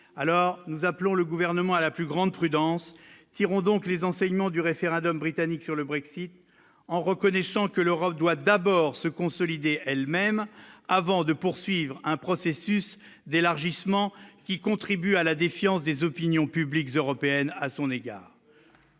alors nous appelons le gouvernement à la plus grande prudence tirons donc les enseignements du référendum britannique sur le Brexit en reconnaissant que l'Europe doit d'abord se consolider elles-mêmes avant de poursuivre un processus d'élargissement qui contribue à la défiance des opinions publiques européennes à son égard.